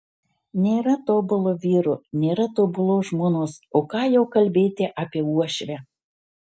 nėra tobulo vyro nėra tobulos žmonos o ką jau kalbėti apie uošvę